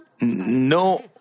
no